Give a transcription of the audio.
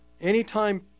Anytime